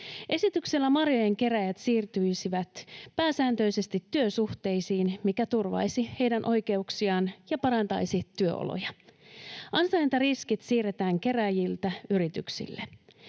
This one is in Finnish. Esityksellä marjojen kerääjät siirtyisivät pääsääntöisesti työsuhteisiin, mikä turvaisi heidän oikeuksiaan ja parantaisi työoloja. Ansaintariskit siirretään kerääjiltä yrityksille.